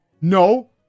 no